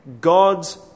God's